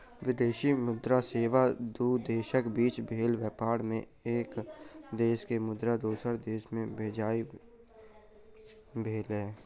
विदेशी मुद्रा सेवा दू देशक बीच भेल व्यापार मे एक देश के मुद्रा दोसर देश मे भेजनाइ भेलै